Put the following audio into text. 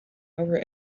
power